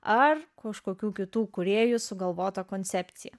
ar kažkokių kitų kūrėjų sugalvota koncepcija